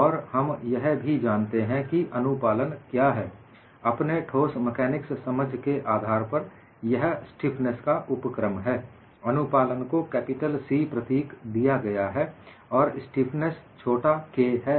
और हम यह भी जानते हैं कि अनुपालन क्या है अपने ठोस मेकानिक्स समझ के आधार परयह स्टीफनेस का उपक्रम है अनुपालन को कैपिटल C प्रतीक दिया गया है और स्टीफनेस छोटा k है